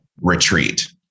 retreat